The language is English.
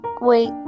Wait